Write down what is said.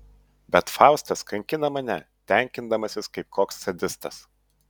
bet faustas kankina mane tenkindamasis kaip koks sadistas